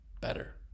better